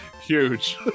huge